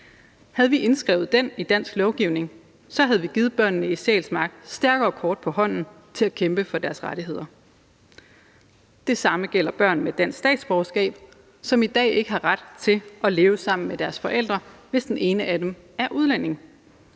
Havde vi indskrevet den i dansk lovgivning, havde vi givet børnene på Sjælsmark stærkere kort på hånden til at kæmpe for deres rettigheder. Det samme gælder børn med dansk statsborgerskab, som i dag ikke har ret til at leve sammen med deres forældre, hvis den ene af dem er udlænding.